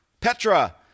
Petra